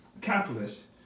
capitalist